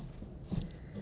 risky lah